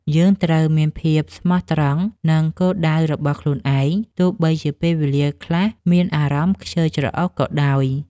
យើងត្រូវមានភាពស្មោះត្រង់នឹងគោលដៅរបស់ខ្លួនឯង ទោះបីជាពេលខ្លះមានអារម្មណ៍ខ្ជិលច្រអូសក៏ដោយ។